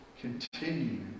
continue